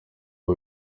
aho